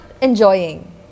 enjoying